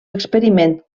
experiment